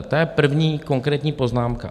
To je první konkrétní poznámka.